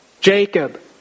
Jacob